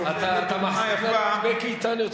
אתה מחזיק לנו את מיקי איתן יותר מדי זמן.